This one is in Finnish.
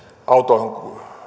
auton